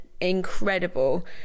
incredible